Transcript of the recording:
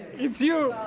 it's you!